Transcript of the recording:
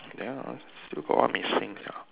ya still got what missing sia